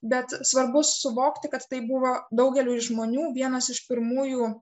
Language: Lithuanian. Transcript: bet svarbu suvokti kad tai buvo daugeliui žmonių vienas iš pirmųjų